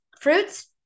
fruits